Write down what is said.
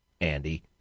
Andy